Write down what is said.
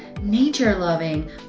nature-loving